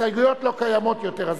הסתייגויות לא קיימות יותר.